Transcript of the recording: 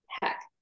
heck